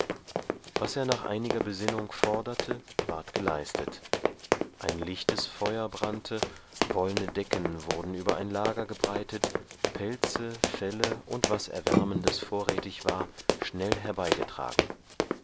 was er nach einiger besinnung forderte ward geleistet ein lichtes feuer brannte wollne decken wurden über ein lager gebreitet pelze felle und was erwärmendes vorrätig war schnell